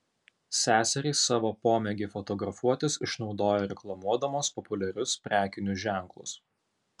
seserys savo pomėgį fotografuotis išnaudoja reklamuodamos populiarius prekinius ženklus